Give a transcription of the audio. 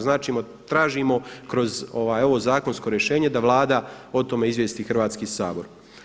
Znači tražimo kroz ovo zakonsko rješenje da Vlada o tome izvijesti Hrvatski sabor.